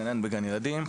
גנן בגן ילדים.